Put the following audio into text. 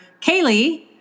kaylee